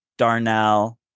Darnell